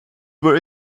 were